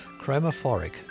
chromophoric